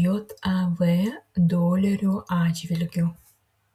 jav dolerio atžvilgiu